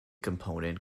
component